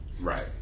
Right